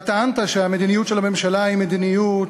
אתה טענת שהמדיניות של הממשלה היא מדיניות